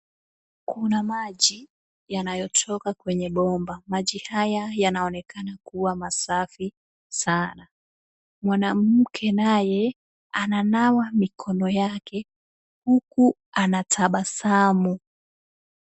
Kuna maji yanayotoka kwenye bomba. Maji haya yanaonekana kuwa safi sana. Mwanamke naye, ananawa mikono yake huku anatabasamu.